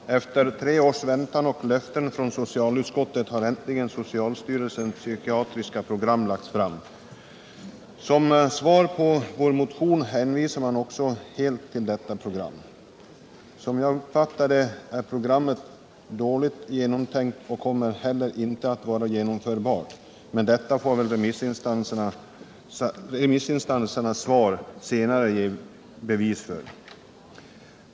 Herr talman! Efter tre års väntan och löften från socialutskottet har äntligen socialstyrelsens psykiatriprogram lagts fram. Som svar på vår motion hänvisar man också helt till detta program. Som jag uppfattar det är programmet dåligt genomtänkt och kommer heller inte att vara genomförbart, men detta får väl remissinstansernas svar senare ge bevis för.